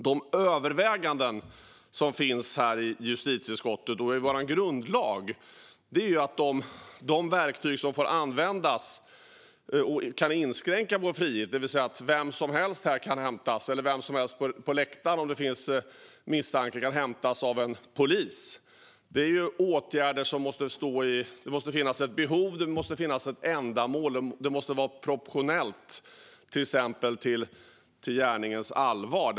De överväganden som görs i justitieutskottet och i vår grundlag handlar om de verktyg som får användas och som kan inskränka vår frihet. Vem som helst här, eller uppe på läktaren, kan hämtas av polis om det finns misstanke. När det gäller sådana åtgärder måste det finnas ett behov och ett ändamål, och åtgärderna måste vara proportionella mot gärningens allvar.